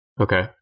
Okay